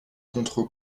contre